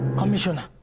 commissioner.